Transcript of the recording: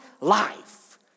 life